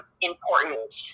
important